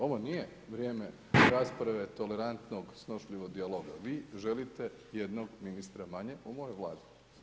Ovo nije vrijeme rasprave tolerantnog, snošljivog dijaloga, vi želite jednog ministra manje u mojoj Vladi.